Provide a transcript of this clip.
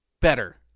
better